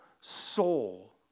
soul